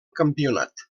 campionat